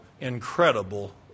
incredible